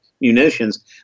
munitions